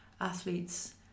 athletes